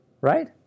Right